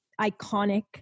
iconic